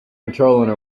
patrolling